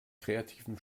kreativen